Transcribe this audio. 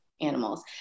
animals